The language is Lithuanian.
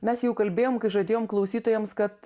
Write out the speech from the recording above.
mes jau kalbėjom kai žadėjom klausytojams kad